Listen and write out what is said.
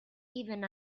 even